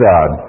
God